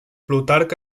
plutarc